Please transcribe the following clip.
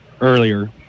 earlier